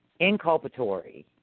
inculpatory